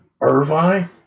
Irvine